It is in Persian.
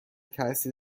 تاثیر